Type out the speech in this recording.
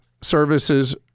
Services